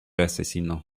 asesino